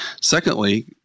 Secondly